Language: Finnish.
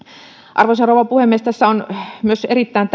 arvoisa rouva puhemies tässä on myös erittäin